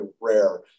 rare